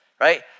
right